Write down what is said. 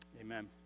Amen